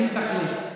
היא תחליט.